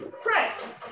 press